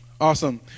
Awesome